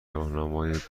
راهنمای